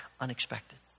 unexpected